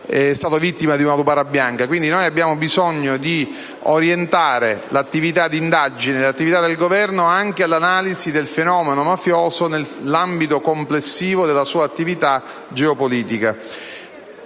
è stato vittima di una lupara bianca. Quindi, abbiamo bisogno di orientare l'attività di indagine e del Governo anche all'analisi del fenomeno mafioso nell'ambito complessivo della sua attività geopolitica.